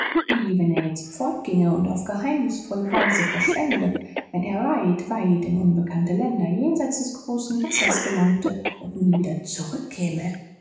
wie wenn er jetzt fortging und auf geheimnisvolle weise verschwände wenn er weit weit in unbekannte länder jenseits des großen wassers gelangte und nie wieder zurückkäme